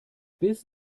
bis